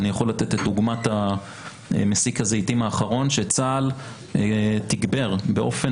אני יכול לתת את דוגמת מסיק הזיתים האחרון שצה"ל תגבר באופן